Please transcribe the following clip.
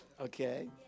Okay